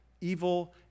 evil